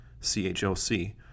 C-H-L-C